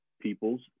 people's